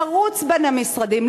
לרוץ בין המשרדים,